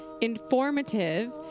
informative